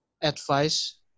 advice